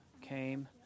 Came